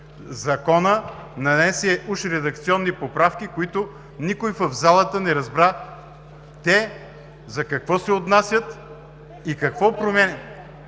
нанесе уж редакционни поправки, които никой в залата не разбра те за какво се отнасят и какво променят.